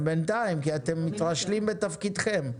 בינתיים, כי אתם מתרשלים בתפקידכם.